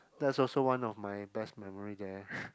that's also one of my best memory there